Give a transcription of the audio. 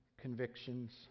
convictions